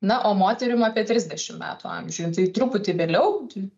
na o moterim apie trisdešimt metų amžiuj tai truputį vėliau tai